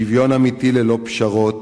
שוויון אמיתי ללא פשרות,